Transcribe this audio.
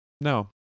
no